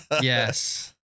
yes